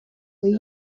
will